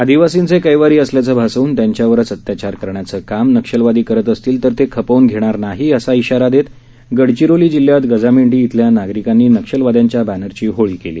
आदिवासींचे कैवारी असल्याचं भासवून त्यांच्यावरच अत्याचार करण्याचं काम नक्षलवादी करत असतील तर ते खपवून घेणार नाही असा इशारा देत गडचिरोली जिल्ह्यात गजामेंढी इथल्या नागरिकांनी नक्षलवाद्यांच्या बघ्चरची होळी केली